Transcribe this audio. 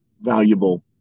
valuable